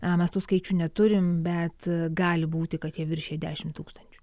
mes tų skaičių neturim bet gali būti kad jie viršija dešimt tūkstančių